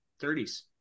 30s